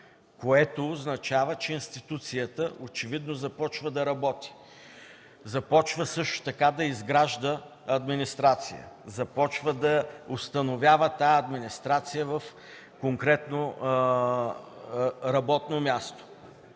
което означава, че институцията очевидно започва да работи. Започва също така да изгражда администрация, започва да установява тази администрация в конкретно работно място,